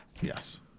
Yes